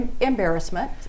embarrassment